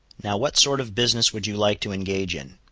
now what sort of business would you like to engage in?